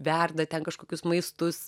verda ten kažkokius maistus